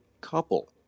couple